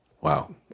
Wow